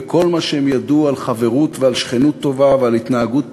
וכל מה שהם ידעו על חברות ועל שכנות טובה ועל התנהגות